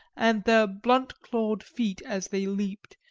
and their blunt-clawed feet as they leaped,